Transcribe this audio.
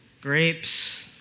grapes